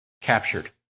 captured